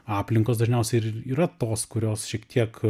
aplinkos dažniausiai ir yra tos kurios šiek tiek